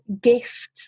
Gifts